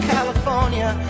California